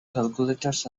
calculators